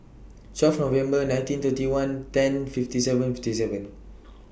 twelve November nineteen thirty one ten fifty seven fifty seven